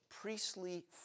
priestly